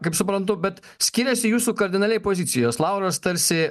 kaip suprantu bet skiriasi jūsų kardinaliai pozicijos lauras tarsi